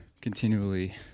continually